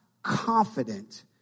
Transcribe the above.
Confident